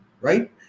right